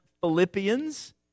Philippians